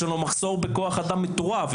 יש לנו מחסור בכוח אדם מטורף.